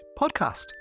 podcast